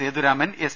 Sethuraman S